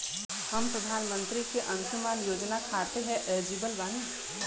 हम प्रधानमंत्री के अंशुमान योजना खाते हैं एलिजिबल बनी?